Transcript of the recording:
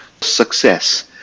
success